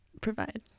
provide